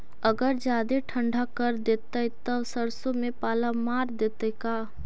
अगर जादे ठंडा कर देतै तब सरसों में पाला मार देतै का?